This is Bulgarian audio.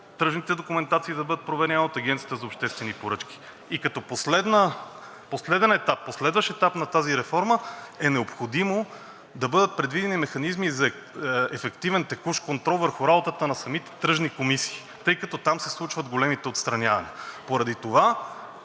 тръжните документации да бъдат проверявани от Агенцията за обществени поръчки. И като последен етап, последващ етап на тази реформа, е необходимо да бъдат предвидени механизми за ефективен текущ контрол върху работата на самите тръжни комисии, тъй като там се случват големите отстранявания. Поради това